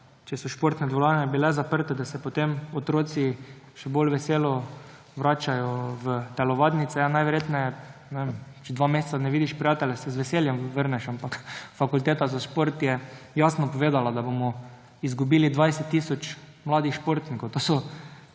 če so bile športne dvorane zaprte, da se potem otroci še bolj veselo vračajo v telovadnice, najverjetneje, ne vem, če dva meseca ne vidiš prijateljev, se z veseljem vrneš, ampak Fakulteta za šport je jasno povedala, da bomo izgubili 20 tisoč mladih športnikov. Tega